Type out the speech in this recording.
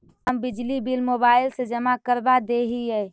हम बिजली bill mobile से जमा करवा देहियै?